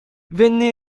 venne